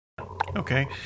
Okay